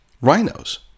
rhinos